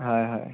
হয় হয়